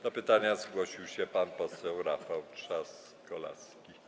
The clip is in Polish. Do pytania zgłosił się pan poseł Rafał Trzaskolaski.